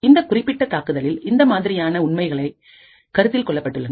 இந்தக் குறிப்பிட்ட தாக்குதலில் இந்தமாதிரியான உண்மைகள் கருத்தில் கொள்ளப்பட்டுள்ளன